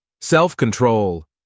Self-control